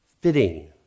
fitting